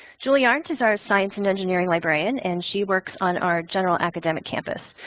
julie arendt is our science and engineering librarian and she works on our general academic campus.